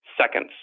seconds